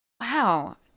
Wow